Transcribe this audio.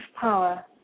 power